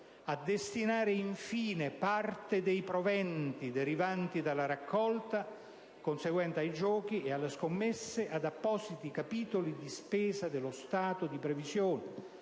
a destinare, infine, parte dei proventi derivanti dalla raccolta conseguente ai giochi e alle scommesse ad appositi capitoli di spesa dello stato di previsione